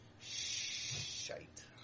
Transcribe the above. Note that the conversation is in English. shite